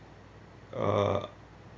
uh